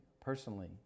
personally